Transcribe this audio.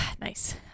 Nice